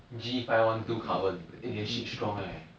G five one two carbon eh that shit strong eh